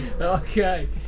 Okay